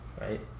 right